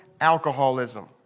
alcoholism